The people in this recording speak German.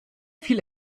fiel